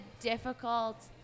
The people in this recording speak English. difficult